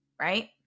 right